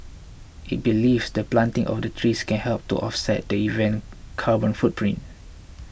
it believes the planting of the trees can help to offset the event carbon footprint